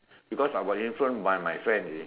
because I was influenced by my friend you see